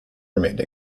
remained